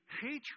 hatred